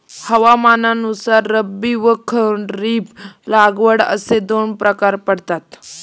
हवामानानुसार रब्बी व खरीप लागवड असे दोन प्रकार पडतात